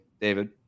David